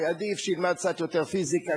עדיף שילמד קצת יותר פיזיקה,